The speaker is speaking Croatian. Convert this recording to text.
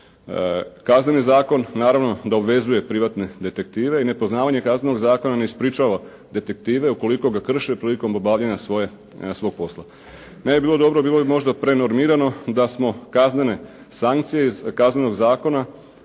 Kazneni zakon naravno da obavezuje privatne detektive. I nepoznavanje Kaznenog zakona ne ispričava detektive ukoliko ga krše prilikom obavljanja svoje, svog posla. Ne bi bilo dobro, bilo bi možda prenormirano da smo kaznene sankcije iz Kaznenog zakona